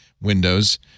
Windows